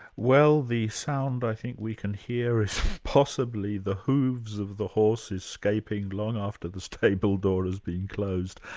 well the sound i think we can hear is possibly the hooves of the horse escaping long after the stable door has been closed.